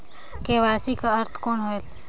KYC कर अर्थ कौन होएल?